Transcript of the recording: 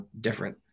different